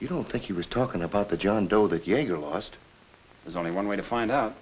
you don't think he was talking about the john doe that younger lost there's only one way to find out